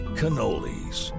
cannolis